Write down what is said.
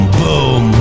boom